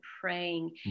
praying